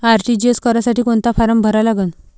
RTGS करासाठी कोंता form भरा लागन?